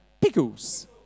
pickles